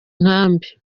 nkambi